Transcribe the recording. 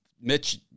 Mitch